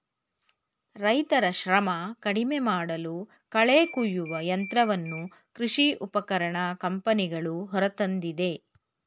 ರೈತರ ಶ್ರಮ ಕಡಿಮೆಮಾಡಲು ಕಳೆ ಕುಯ್ಯುವ ಯಂತ್ರವನ್ನು ಕೃಷಿ ಉಪಕರಣ ಕಂಪನಿಗಳು ಹೊರತಂದಿದೆ